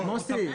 --- מוסי,